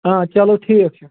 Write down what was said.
آ چَلو ٹھیٖک چھُ